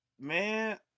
man